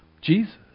Jesus